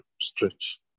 stretch